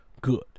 good